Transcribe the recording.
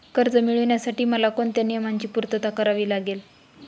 कर्ज मिळविण्यासाठी मला कोणत्या नियमांची पूर्तता करावी लागेल?